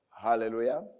Hallelujah